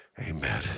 Amen